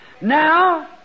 Now